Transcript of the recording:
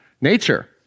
nature